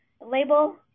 label